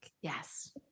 Yes